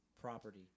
property